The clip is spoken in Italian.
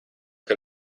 che